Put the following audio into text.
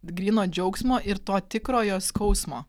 gryno džiaugsmo ir to tikrojo skausmo